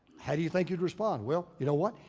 how do you think you'd respond? well, you know what?